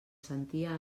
sentia